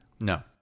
No